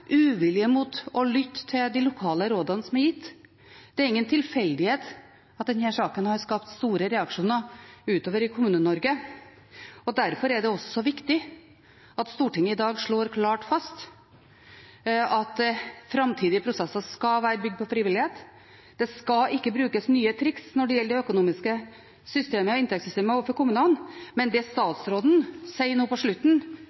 uvilje mot å lytte til de lokale rådene som er gitt. Det er ingen tilfeldighet at denne saka har skapt store reaksjoner utover i Kommune-Norge, og derfor er det også viktig at Stortinget i dag slår klart fast at framtidige prosesser skal være bygd på frivillighet, og det skal ikke brukes nye triks når det gjelder det økonomiske systemet og inntektssystemet overfor kommunene. Men det statsråden sier nå på slutten,